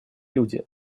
люди